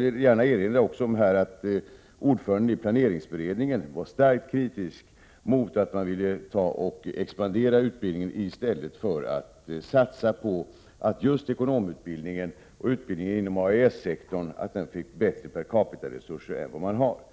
gärna erinra om att ordföranden i planeringsberedningen var starkt kritisk mot att man vill expandera utbildningen i stället för att satsa på just ekonomutbildningen och utbildningen inom AES-sektorn, så att det blir bättre per capita-resurser än för närvarande.